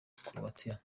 croatia